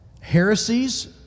Heresies